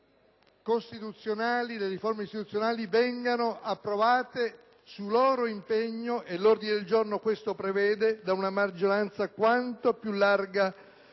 le riforme istituzionali vengano approvate su loro impegno - e l'ordine del giorno questo prevede - da una maggioranza quanto più larga